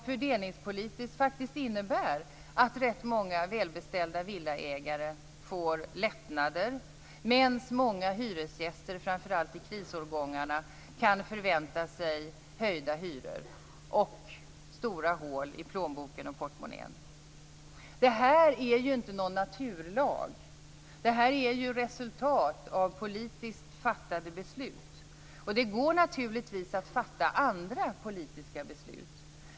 Fördelningspolitiskt innebär den att rätt många välbeställda villaägare får lättnader, medan många hyresgäster, framför allt i krisårgångarna, kan förvänta sig höjda hyror och stora hål i plånboken och portmonnän. Det här är inte någon naturlag. Det är resultat av politiskt fattade beslut. Det går naturligtvis att fatta andra politiska beslut.